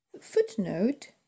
footnote